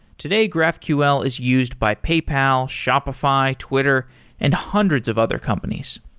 today, graphql is used by paypal, shoppify, twitter and hundreds of other companies.